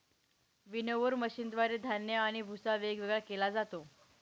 winnower मशीनद्वारे धान्य आणि भुस्सा वेगवेगळा केला जातो